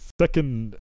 second